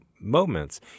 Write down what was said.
moments